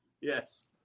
Yes